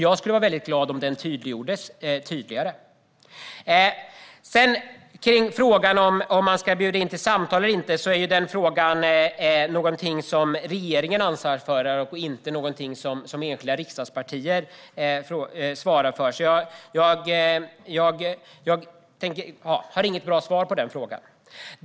Jag vore glad om den tydliggjordes bättre. Att bjuda in till samtal eller inte är en fråga för regeringen och inte något som enskilda riksdagspartier svarar för. Jag har inget bra svar på frågan.